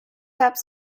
ups